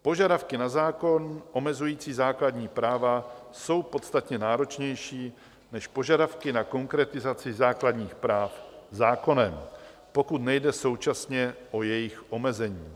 Požadavky na zákon omezující základní práva jsou podstatně náročnější než požadavky na konkretizaci základních práv zákonem, pokud nejde současně o jejich omezení.